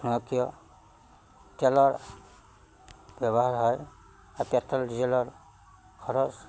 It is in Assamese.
নহওক কিয় তেলৰ ব্যৱহাৰ হয় পেট্ৰল ডিজেলৰ খৰচ